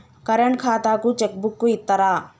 Current ఖాతాకు cheque book ఇత్తరా?